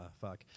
fuck